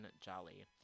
Jolly